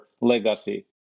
legacy